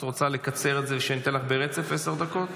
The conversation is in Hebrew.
את רוצה שאני אתן לך לדבר ברצף עשר דקות?